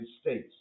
States